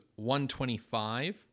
125